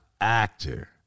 actor